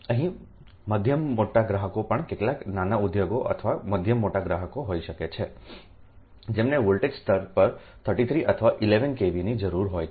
અહીં મધ્યમ મોટા ગ્રાહકો પણ કેટલાક નાના ઉદ્યોગો અથવા મધ્યમ મોટા ગ્રાહકો હોઈ શકે છે જેમને વોલ્ટેજ સ્તર પર 33 અથવા 11 kV ની જરૂર હોય છે